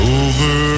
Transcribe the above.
over